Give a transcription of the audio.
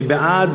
מי בעד?